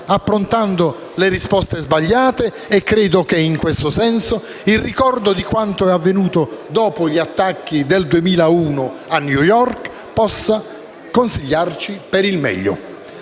approntando le risposte sbagliate. Credo che, in questo senso, il ricordo di quanto è avvenuto dopo gli attacchi del 2001 a New York possa consigliarci per il meglio.